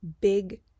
big